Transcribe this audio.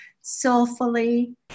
Soulfully